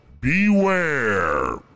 beware